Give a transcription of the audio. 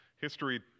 history